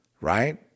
right